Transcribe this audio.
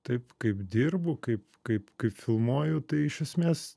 taip kaip dirbu kaip kaip kaip filmuoju tai iš esmės